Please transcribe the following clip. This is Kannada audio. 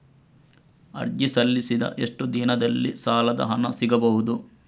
ಅರ್ಜಿ ಸಲ್ಲಿಸಿದ ಎಷ್ಟು ದಿನದಲ್ಲಿ ಸಾಲದ ಹಣ ಸಿಗಬಹುದು?